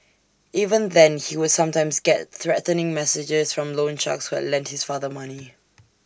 even then he would sometimes get threatening messages from loan sharks who had lent his father money